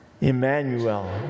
Emmanuel